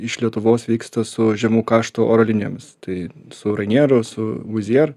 iš lietuvos vyksta su žemų kaštų oro linijomis tai su rainieru su muzier